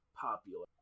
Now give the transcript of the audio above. popular